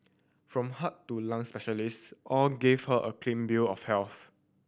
from heart to lung specialist all give her a clean bill of health